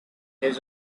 his